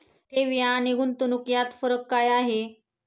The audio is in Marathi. ठेवी आणि गुंतवणूक यात फरक काय आहे?